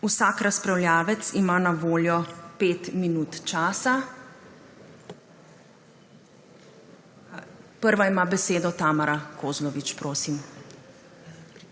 Vsak razpravljavec ima na voljo 5 minut časa. Prva ima besedo Tamara Kozlovič. Prosim.